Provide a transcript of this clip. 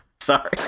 Sorry